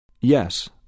Yes